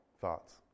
Thoughts